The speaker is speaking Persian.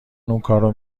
اونکارو